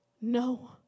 no